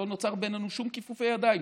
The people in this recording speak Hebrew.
לא נוצרו בינינו שום כיפופי ידיים,